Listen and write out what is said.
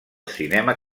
cinema